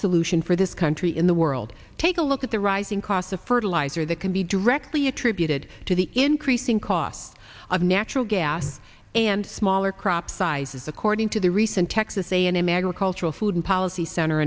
solution for this country in the world take a look at the rising cost of fertilizer that can be directly attributed to the increasing cost of natural gas and smaller crop sizes according to the recent texas a and m agricultural food policy cent